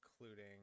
including